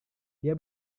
dia